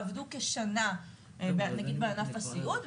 עבדו כשנה נגיד בענף הסיעוד,